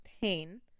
pain